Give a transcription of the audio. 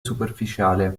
superficiale